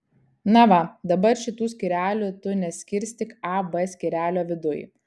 na va dabar šitų skyrelių tu neskirstyk a b skyrelio viduj